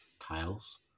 tiles